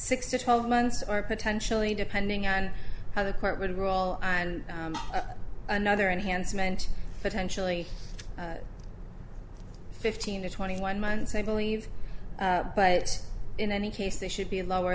six to twelve months or potentially depending on how the court would rule and another enhancement potentially fifteen to twenty one months i believe but in any case they should be lower